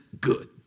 good